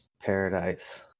Paradise